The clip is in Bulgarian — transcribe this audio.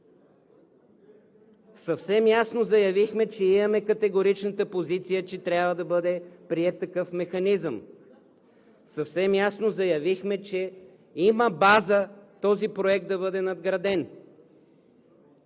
Съвсем ясно заявихме, че имаме категоричната позиция, че трябва да бъде приет такъв механизъм. Съвсем ясно заявихме, че има база този проект да бъде надграден.